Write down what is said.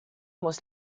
muss